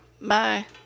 Bye